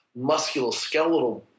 musculoskeletal